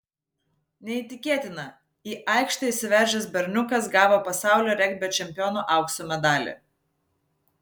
neįtikėtina į aikštę įsiveržęs berniukas gavo pasaulio regbio čempiono aukso medalį